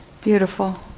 Beautiful